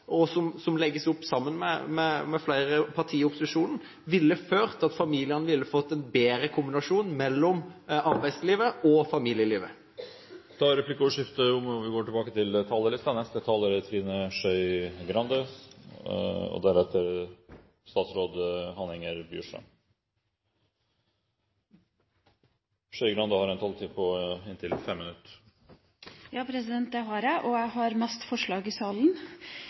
og som det legges opp til sammen med flere partier i opposisjonen, vil føre til at familiene vil få en bedre kombinasjon mellom arbeidslivet og familielivet. Replikkordskiftet er omme. Jeg har flest forslag i salen.